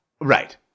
right